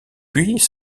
puis